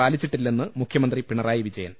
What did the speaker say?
പാലിച്ചിട്ടില്ലെന്ന് മുഖ്യമന്ത്രി പിണറായി വിജ യൻ